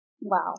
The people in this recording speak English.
Wow